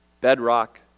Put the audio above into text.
bedrock